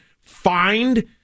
find